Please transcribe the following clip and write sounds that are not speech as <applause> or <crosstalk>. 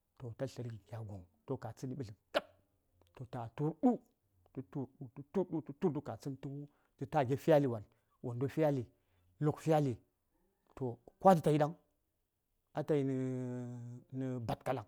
﻿To ta lərki wani dən gya guŋ To ka tsədni ɓədləm kap to ta tur du: to kyani ka tsənni tə tage fyali, luk fyali, wondo fyali toh kwate tayi daŋ atayi nə <hesitation> Badkalaŋ